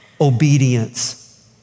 obedience